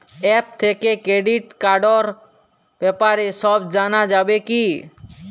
App থেকে credit কার্ডর ব্যাপারে সব জানা যাবে কি?